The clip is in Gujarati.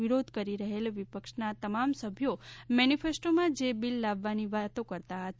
વિરોધ કરી રહેલ વિપક્ષના તમામ સભ્યો મેનિફેસ્ટોમાં જે બિલ લાવવાની વાતો કરતા હતા